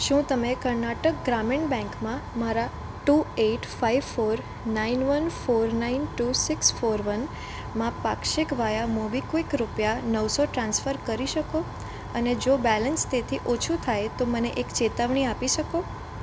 શું તમે કર્ણાટક ગ્રામીણ બેંકમાં મારા two eight five four nine one four nine two six four one માં પાક્ષિક વાયા મોબીક્વિક રૂપિયા નવસો ટ્રાન્સફર કરી શકો અને જો બેલેન્સ તેથી ઓછું થાય તો મને એક ચેતવણી આપી શકો